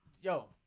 Yo